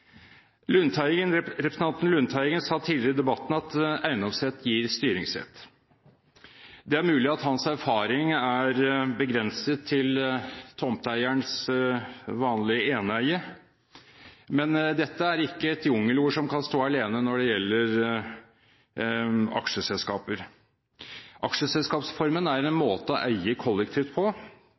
Representanten Lundteigen sa tidligere i debatten at eiendomsrett gir styringsrett. Det er mulig at hans erfaring er begrenset til tomteeierens vanlige eneeie, men dette er ikke et jungelord som kan stå alene når det gjelder aksjeselskaper. Aksjeselskapsformen er en måte å eie kollektivt på og har interaksjoner med medeiere man ikke en gang vet navnet på.